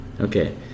Okay